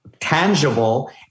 tangible